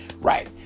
Right